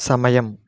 సమయం